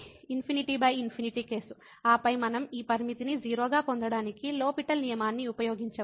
కాబట్టి ∞∞ కేసు ఆపై మనం ఈ పరిమితిని 0 గా పొందటానికి లో పిటల్ LHospital నియమాన్ని ఉపయోగించవచ్చు